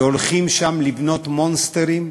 והולכים לבנות מונסטרים שם,